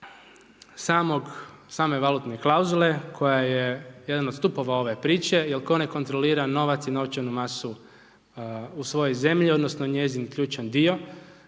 same valutne klauzule, koja je jedan od stupova ove priče, jer tko ne kontrolira novac i novčanu masu u svojoj zemlji, odnosno njezin ključan dio,